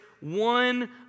one